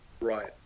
right